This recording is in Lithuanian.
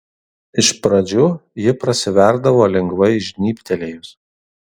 iš pradžių ji prasiverdavo lengvai žnybtelėjus